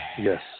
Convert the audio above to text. Yes